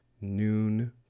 noon